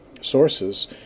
sources